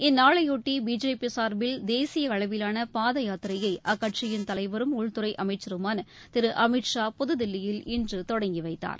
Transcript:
இந்நாளையொட்டி பிஜேபி சார்பில் தேசிய அளவிலான பாத யாத்திரையை அக்கட்சியின் தலைவரும் உள்துறை அமைச்சருமான திரு அமித் ஷா புதுதில்லியில் இன்று தொடங்கிவைத்தார்